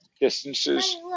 distances